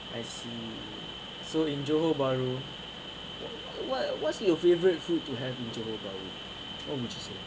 I see so in johor baru what what's your favourite food to have in johor bahru what would you say